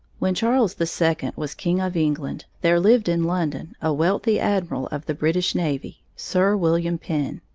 when charles the second was king of england, there lived in london a wealthy admiral of the british navy, sir william penn.